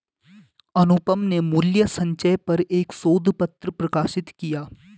अनुपम ने मूल्य संचय पर एक शोध पत्र प्रकाशित किया